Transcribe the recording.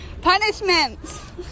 punishments